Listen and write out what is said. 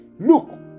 Look